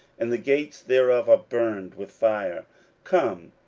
and the gates thereof are burned with fire come,